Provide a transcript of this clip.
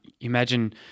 Imagine